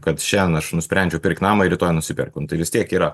kad šiandien aš nusprendžiau pirkt namą ir rytoj nusiperku nu tai vis tiek yra